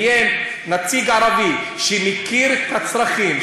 אם יהיה נציג ערבי שמכיר את הצרכים,